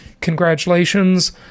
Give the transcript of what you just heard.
Congratulations